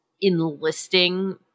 enlisting